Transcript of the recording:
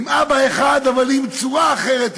עם אבא אחד אבל עם צורה אחרת,